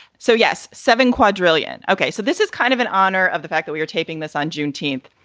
so, yes, seven quadrillion. ok. so this is kind of an honor of the fact that we are taping this on june eighteenth.